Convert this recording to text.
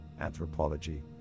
anthropology